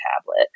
tablet